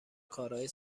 کارای